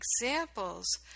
examples